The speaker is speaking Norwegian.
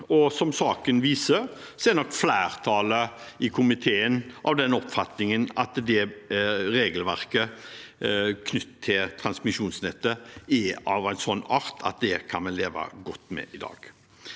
som saken viser, er nok flertallet i komiteen av den oppfatning at regelverket knyttet til transmisjonsnettet er av en sånn art at vi kan leve godt med det i dag.